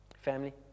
Family